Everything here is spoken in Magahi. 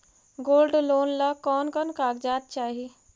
गोल्ड लोन ला कौन कौन कागजात चाही?